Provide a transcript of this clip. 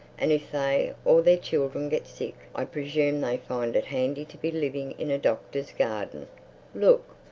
and if they or their children get sick i presume they find it handy to be living in a doctor's garden look!